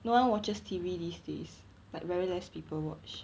no one watches T_V these days like very less people watch